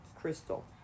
Crystal